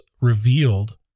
revealed